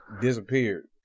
disappeared